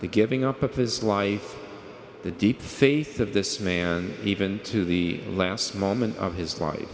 e giving up of his life the deep faith of this man even to the last moment of his life